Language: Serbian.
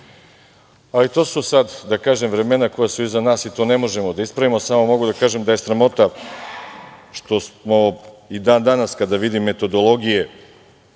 to su sad, da kažem, vremena koja su iza nas i to ne možemo da ispravimo, samo mogu da kažem da je sramota što smo i dan-danas kada vidim metodologije